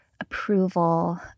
approval